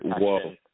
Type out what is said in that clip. Whoa